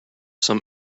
some